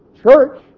church